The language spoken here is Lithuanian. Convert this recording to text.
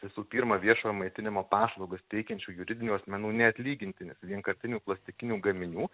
visų pirma viešojo maitinimo paslaugas teikiančių juridinių asmenų neatlygintinis vienkartinių plastikinių gaminių